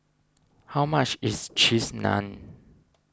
how much is Cheese Naan